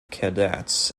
cadets